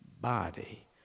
body